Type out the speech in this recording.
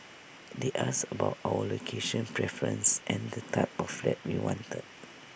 they asked about our location preference and the type of flat we wanted